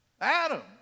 Adam